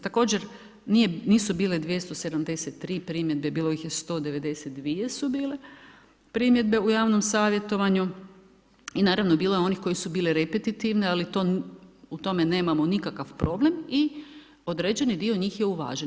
Također nisu bile 273 primjedbe, bilo ih je 192 su bile primjedbe u javnom savjetovanju i naravno bilo je onih koje su bile repetitivne, ali u tome nemamo nikakav problem i određen je bio njih je uvažen.